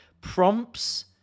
prompts